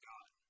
God